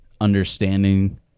understanding